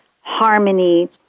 harmony